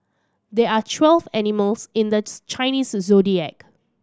there are twelve animals in the Chinese Zodiac